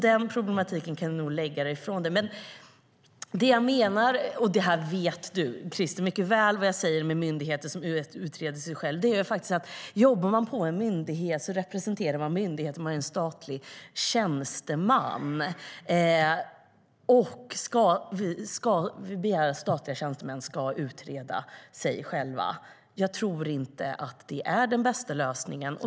Den problematiken kan du nog lägga åt sidan. Krister vet mycket väl vad jag menar med myndigheter som utreder sig själva. Jobbar man på en myndighet så representerar man myndigheten. Man är en statlig tjänsteman. Ska vi begära att statliga tjänstemän utreder sig själva? Jag tror inte att det är den bästa lösningen.